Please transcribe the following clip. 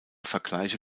vergleiche